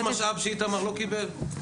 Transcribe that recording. יש משאב שאיתמר לא קיבל?